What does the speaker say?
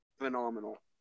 phenomenal